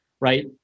right